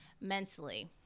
mentally